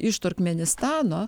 iš turkmėnistano